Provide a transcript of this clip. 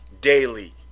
daily